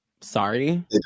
sorry